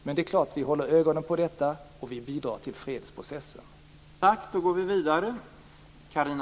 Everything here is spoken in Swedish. Men det är klart att vi håller ögonen på detta, och vi bidrar till fredsprocessen.